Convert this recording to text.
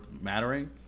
mattering